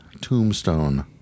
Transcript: Tombstone